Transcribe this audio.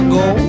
go